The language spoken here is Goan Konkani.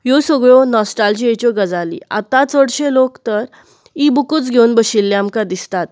ह्यो सगळ्यो नॉस्टेलजियाच्यो गजाली आतां चडशे लोक तर इ बुकच घेवन बशिल्ले आमकां दिसतात